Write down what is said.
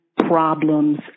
problems